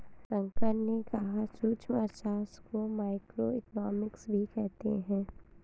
शंकर ने कहा कि सूक्ष्म अर्थशास्त्र को माइक्रोइकॉनॉमिक्स भी कहते हैं